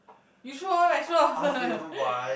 you throw lor Maxwell